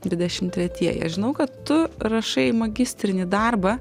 dvidešim tretieji aš žinau kad tu rašai magistrinį darbą